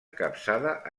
capçada